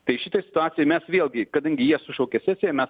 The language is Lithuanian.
tai šitoj situacijoj mes vėlgi kadangi jie sušaukė sesiją mes